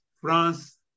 France